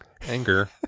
anger